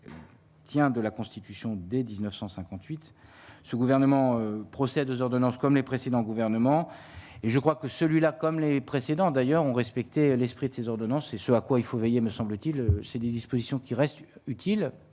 de la constitution, dès 1958 ce gouvernement procède aux ordonnances comme les précédents gouvernements et je crois que celui-là comme les précédents d'ailleurs ont respecté l'esprit de ces ordonnances, c'est ce à quoi il faut veiller, me semble-t-il, ces dispositions qui reste utile